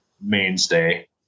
mainstay